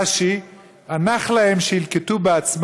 הכול קשור יחד, והתוצאה, בסוף אנחנו רואים אותה.